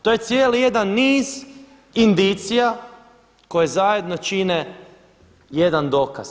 To je cijeli jedan niz indicija koje zajedno čine jedan dokaz.